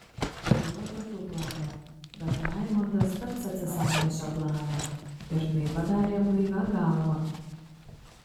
buvo tokių planų bet raimondas pats atsisakė šio plano ir tai padarė blaivia galva